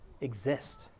exist